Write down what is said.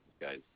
guys